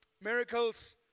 Miracles